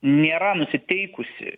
nėra nusiteikusi